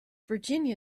virginia